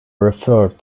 referred